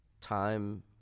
time